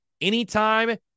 anytime